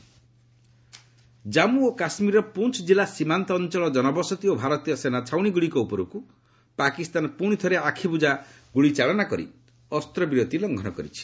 seize fire Jammu ଓ କାଶ୍ମୀରର ପୁଞ୍ଚ ଜିଲ୍ଲା ସୀମାନ୍ତ ଅଞ୍ଚଳ ଜନବସତି ଓ ଭାରତୀୟ ସେନା ଛାଉଁଣିଗୁଡ଼ିକ ଉପରକୁ ପାକିସ୍ତାନ ପୁଣି ଥରେ ଆଖିବୁଝା ଗୁଳି ଚାଳନା କରି ଅସ୍ତ୍ରବିରତି ଲଙ୍ଘନ କରିଛି